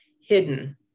hidden